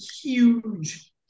huge